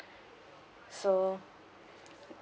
so